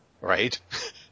right